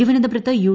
തിരുവനന്തപുരത്ത് യു